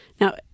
Now